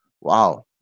wow